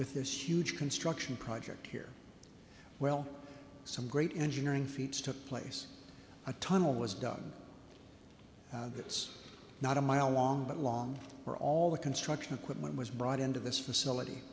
with this huge construction project here well some great engineering feats took place a tunnel was dug it's not a mile long that long for all the construction equipment was brought into this facility